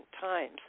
times